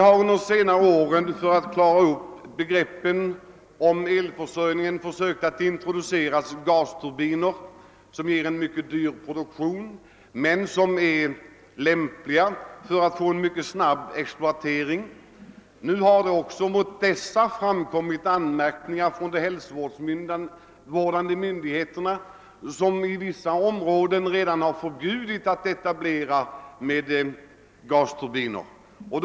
För att tillgodose elförsörjningen har man under senare år försökt introducera gasturbiner, som är dyra i drift men som medger en snabb exploatering. Nu har de hälsovårdande myndigheterna framställt anmärkningar också mot gasturbinerna och i vissa områden förbjudit att sådana etableras.